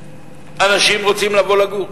אנשים רוצים לבוא לגור?